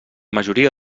majoria